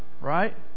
right